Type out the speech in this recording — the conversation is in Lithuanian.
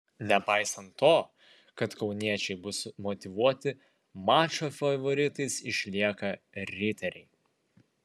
nepaisant to kad kauniečiai bus motyvuoti mačo favoritais išlieka riteriai